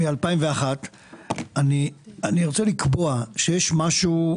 -- אני רוצה לקבוע שיש משהו,